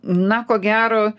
na ko gero